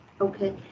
okay